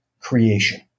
creation